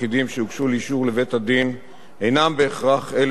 לאישור לבית-הדין אינם בהכרח אלה שראוי,